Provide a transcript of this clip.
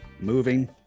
Moving